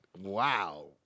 Wow